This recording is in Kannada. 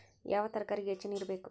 ಯಾವ ತರಕಾರಿಗೆ ಹೆಚ್ಚು ನೇರು ಬೇಕು?